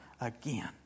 again